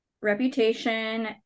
reputation